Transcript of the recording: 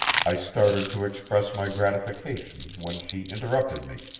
i started to express my gratification when she interrupted me.